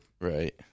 Right